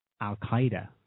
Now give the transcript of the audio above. Al-Qaeda